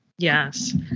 Yes